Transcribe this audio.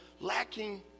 lacking